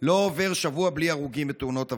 לא עובר שבוע בלי הרוגים בתאונות עבודה.